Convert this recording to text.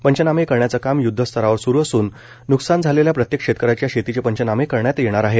पंचनामे करण्याचे काम यूध्दस्तरावर सूर असून न्कसान झालेल्या प्रत्येक शेतकऱ्यांच्या शेतीचे पंचनामे करण्यात येणार आहेत